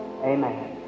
Amen